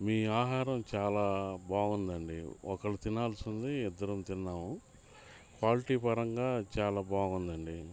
మీ ఆహారం చాలా బాగుందండి ఒక్కరు తినాల్సింది ఇద్దరం తిన్నాం క్వాల్టీ పరంగా చాలా బాగుందండి